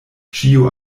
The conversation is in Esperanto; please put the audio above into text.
ĉio